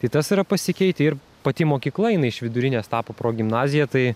tai tas yra pasikeitę ir pati mokykla jinai iš vidurinės tapo progimnazija tai